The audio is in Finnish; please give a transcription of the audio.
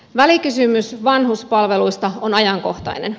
välikysymys vanhuspalveluista on ajankohtainen